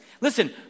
Listen